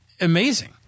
amazing